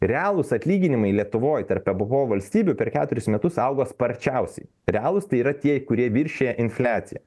realūs atlyginimai lietuvoj tarp ebpo valstybių per keturis metus augo sparčiausiai realūs tai yra tie kurie viršija infliaciją